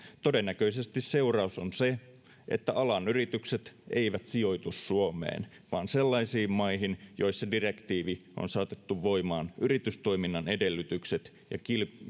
todennäköisesti seuraus on se että alan yritykset eivät sijoitu suomeen vaan sellaisiin maihin joissa direktiivi on saatettu voimaan yritystoiminnan edellytykset ja